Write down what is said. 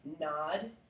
nod